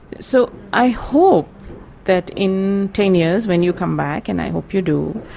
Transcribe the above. so i hope that in ten years, when you come back, and i hope you do,